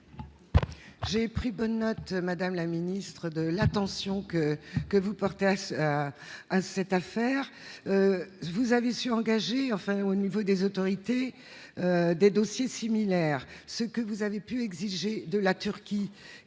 J'ai pris bonne note, Madame la Ministre de l'attention que que vous portez à à cette affaire, vous avez su engager enfin au niveau des autorités des dossiers similaires ce que vous avez pu exiger de la Turquie,